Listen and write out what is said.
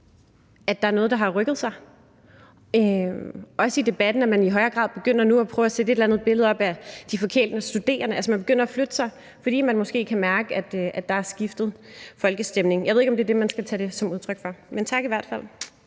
at der er noget, der har rykket sig – også det, at man i debatten i højere grad nu begynder at prøve at sætte et andet billede op end det om de forkælede studerende. Altså, man begynder at flytte sig, fordi man måske kan mærke, at der er sket et skift i folkestemningen. Jeg ved ikke, om det er det, man skal tage det som udtryk for. Men i hvert fald